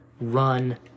run